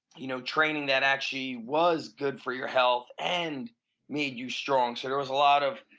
you know training that actually was good for your health and made you strong so there was a lot of